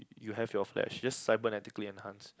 you have your flesh just cybernetically enhanced